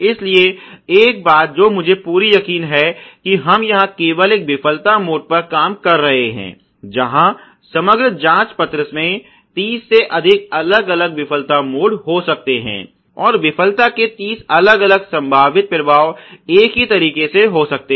इसलिए एक बात जो मुझे पूरी यकीन है कि हम यहां केवल एक विफलता मोड पर काम कर रहे हैं जहां समग्र जांच पत्र में 30 से अधिक अलग अलग विफलता मोड हो सकते हैं और विफलता के 30 अलग अलग संभावित प्रभाव एक ही तरीके से हो सकते हैं